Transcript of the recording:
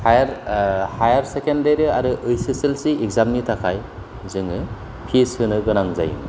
higher higher secondary आरो H S L C exam नि थाखाय जोङो फिस होनो गोनां जायोमोन